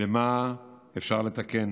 במה אפשר לתקן